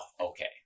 okay